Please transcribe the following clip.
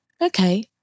Okay